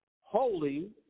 holy